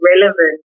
relevant